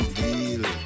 deal